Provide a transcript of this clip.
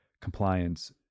compliance